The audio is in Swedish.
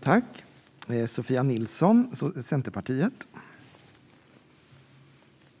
betänkandet.